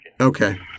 Okay